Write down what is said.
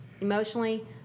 emotionally